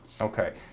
Okay